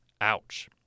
Ouch